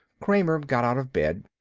kramer got out of bed.